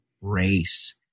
race